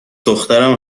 دخترم